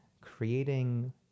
creating